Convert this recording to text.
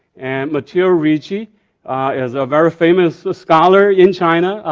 and matteo ricci is a very famous scholar in china,